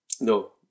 No